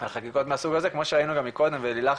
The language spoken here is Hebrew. בחקיקות מהסוג הזה כמו שהיינו גם מקודם ולילך